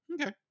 okay